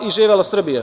Živela Srbija.